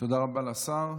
תודה רבה לשר.